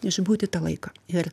išbūti tą laiką ir